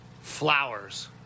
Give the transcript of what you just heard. Flowers